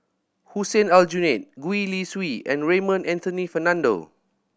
Hussein Aljunied Gwee Li Sui and Raymond Anthony Fernando